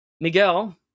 Miguel